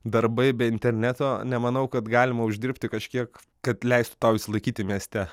darbai be interneto nemanau kad galima uždirbti kažkiek kad leistų tau išsilaikyti mieste